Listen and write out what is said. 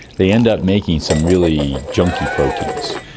they end up making some really junky proteins,